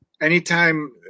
anytime